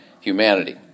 humanity